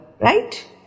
Right